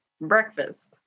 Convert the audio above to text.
Breakfast